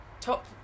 Top